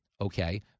Okay